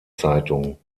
zeitung